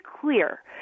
clear